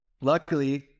Luckily